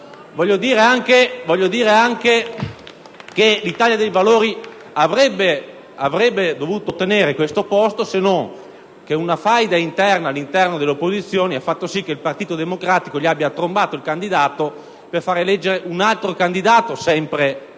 Voglio anche dire che l'Italia dei Valori avrebbe dovuto ottenere questo posto, se non che una faida interna all'interno dell'opposizione ha fatto sì che il Partito Democratico gli abbia "trombato" il candidato per eleggerne un altro, sempre